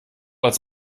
als